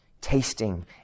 Tasting